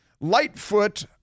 Lightfoot